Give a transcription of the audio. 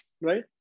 right